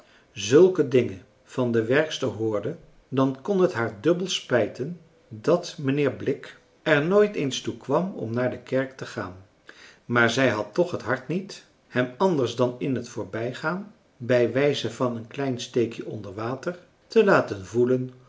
zulke dingen van de werkster hoorde dan kon het haar dubbel spijten dat mijnheer blik er nooit eens toe kwam om naar de kerk te gaan maar zij had toch het hart niet hem anders dan in het voorbijgaan bij wijze van een klein steekje onder water te laten voelen